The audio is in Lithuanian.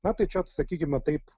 na tai čia sakykime taip